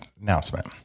announcement